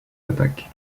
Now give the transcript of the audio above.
attaques